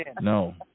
No